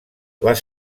les